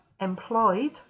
employed